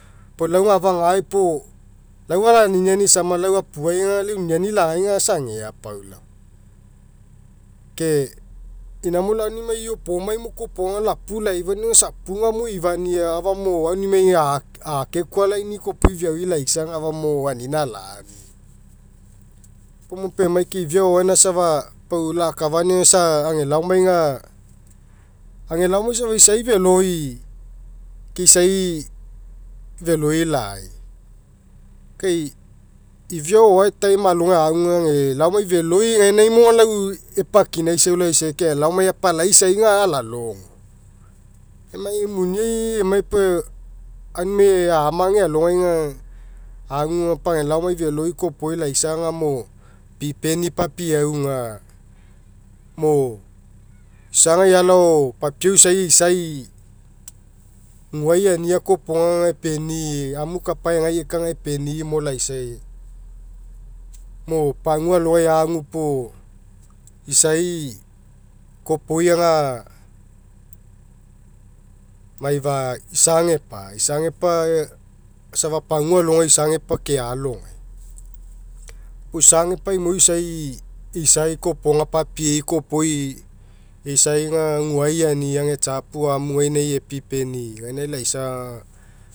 Pau lau aga afa gae puo lau alaniniani aisama lau apuai aga lau eu niniani lagai aga isa ageapau laoma. Ke namo lau aunimai iopomaimo kopoga aga lau apu laifania aga isa apugamo eifania afagamo aunimai gae a akekualani'i kopoga ifiao laisa aga afagamo anina alani moia. Puo paumo emai ke ifiao gaina safa pau lakafania isa ega laomai aga age laomai safa isai feloi ke isai feloi lai, kai ifiao o'oae time alogai agu aga ega laomai feloi gainamo aga lau epakinaisau laisai ke ega laomai apalai isai aga alalogo. Emai muniai emai pau aunimai amage alogai agu aga pau ega laomai feloi laopoi laisa agamo pipeni papiauga mo isagai alao papiau isai eisai guai eani kopoi aga epenii amu kapa egaieka agaepeni'i mo laisai mo pagua alogai agu puo isai kopoi aga maifa isagepa isagepa safa pagua alogai isagepa ealogai. Puo isagepa imoi isai eisai kopoga papiei kopoi eisai aga guai eania ega tsiapu amu gainai epipeni gaina laisa aga